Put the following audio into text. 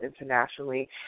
internationally